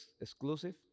exclusive